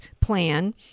plan